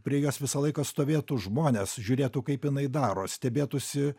prie jos visą laiką stovėtų žmonės žiūrėtų kaip jinai daro stebėtųsi